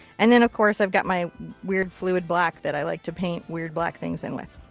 and then, of course, i've got my weird fluid black that i like to paint weird black things in with.